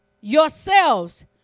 yourselves